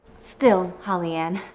still holly-ann.